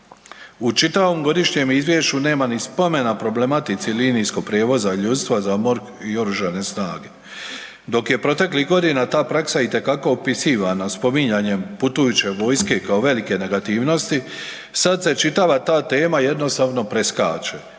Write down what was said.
U čitavom godišnjem izvješću nema ni spomena problematici linijskog prijevoza ljudstva za MORH i Oružane snage, dok je proteklih godina ta praksa itekako opisivana spominjanjem putujuće vojske kao velike negativnosti sad se čitava ta tema jednostavno preskače,